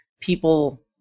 people